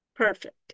Perfect